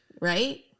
right